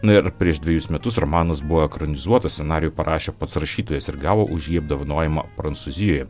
na ir prieš dvejus metus romanas buvo ekranizuotas scenarijų parašė pats rašytojas ir gavo už jį apdovanojimą prancūzijoje